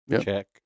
Check